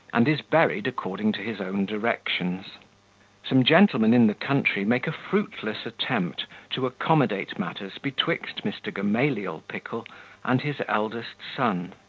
and is buried according to his own directions some gentlemen in the country make a fruitless attempt to accommodate matters betwixt mr. gamaliel pickle and his eldest son.